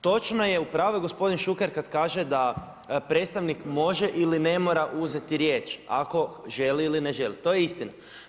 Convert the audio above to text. Točno je u pravu gospodin Šuker, kad kaže da predstavnik može ili ne mora uzeti riječ, ako želi ili ne želi, to je istina.